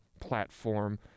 platform